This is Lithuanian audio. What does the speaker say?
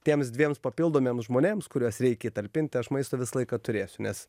tiems dviems papildomiems žmonėms kuriuos reikia įtalpint aš maisto visą laiką turėsiu nes